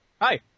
Hi